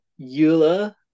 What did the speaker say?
Eula